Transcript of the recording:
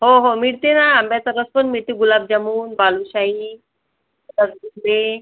हो हो मिळते ना आंब्याचा रस पण मिळते गुलाबजामून बालूशाही रसगुल्ले